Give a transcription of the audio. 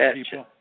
people